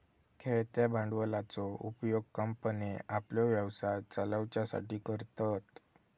खेळत्या भांडवलाचो उपयोग कंपन्ये आपलो व्यवसाय चलवच्यासाठी करतत